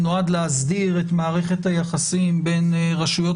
שנועד להסדיר את מערכת היחסים בין רשויות